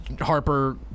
Harper